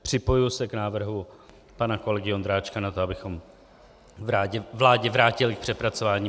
Připojuji se k návrhu pana kolegy Ondráčka na to, abychom vládě vrátili k přepracování.